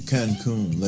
Cancun